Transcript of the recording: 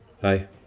Hi